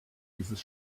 dieses